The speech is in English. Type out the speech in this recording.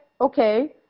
okay